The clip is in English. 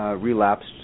Relapsed